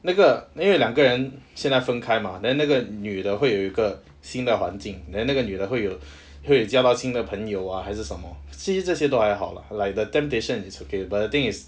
那个那个两个人现在分开 mah then 那个女的会有一个新的环境 then 那个女的会有会交到新的朋友 ah 还是什么其实这些都还好 lah like the temptation is okay but the thing is